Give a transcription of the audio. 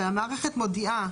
הרי המערכת מודיעה,